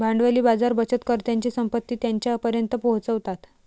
भांडवली बाजार बचतकर्त्यांची संपत्ती त्यांच्यापर्यंत पोहोचवतात